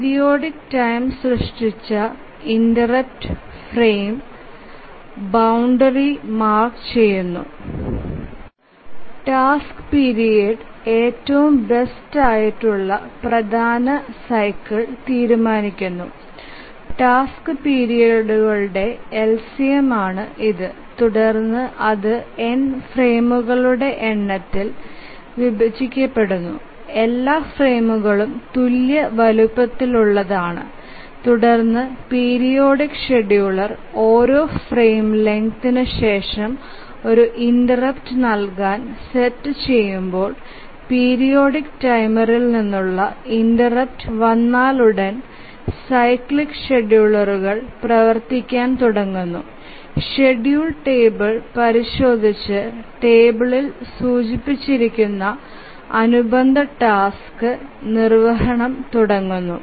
periodic time സൃഷ്ടിച്ച interrupts frame boundary mark ചെയുന്നു task പീരിയഡ്ഇൽ ഏറ്റവും ബെസ്റ്റ് ആയിട്ടുള്ള പ്രധാന സൈക്കിൾ തീരുമാനിക്കുന്നു ടാസ്ക് പിരീഡുകളുടെ LCM ആണ് ഇതു തുടർന്ന് അത് n ഫ്രെയിമുകളുടെ എണ്ണത്തിൽ വിഭജിക്കപ്പെടുന്നു എല്ലാ ഫ്രെയിമുകളും തുല്യ വലുപ്പമുള്ളവയാണ് തുടർന്ന് പീരിയോഡിക് ഷെഡ്യൂളർ ഓരോ ഫ്രെയിം ലെങ്ത് ശേഷം ഒരു ഇന്റെര്പ്ട് നൽകാൻ സെറ്റ് ചെയുമ്പോൾ പീരിയോഡിക് ടൈമറിൽ നിന്നുള്ള ഇന്റെര്പ്ട് വന്നയുടനെ സൈക്ലിക് ഷെഡ്യൂളറുകൾ പ്രവർത്തിക്കാൻ തുടങ്ങുന്നു ഷെഡ്യൂൾ ടേബിൾ പരിശോധിച്ച് ടേബിൾഇൽ സൂചിപ്പിച്ചിരിക്കുന്ന അനുബന്ധ ടാസ്ക് നിർവ്വഹിക്കുന്നു